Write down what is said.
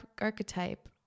archetype